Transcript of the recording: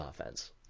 offense